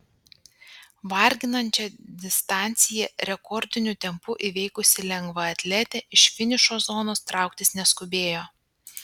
varginančią distanciją rekordiniu tempu įveikusi lengvaatletė iš finišo zonos trauktis neskubėjo